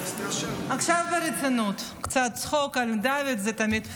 עכשיו ברצינות, קצת צחוק על דוד זה תמיד טוב.